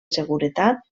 seguretat